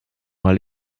mal